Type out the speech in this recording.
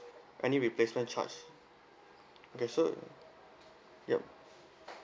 any replacement charge okay so yup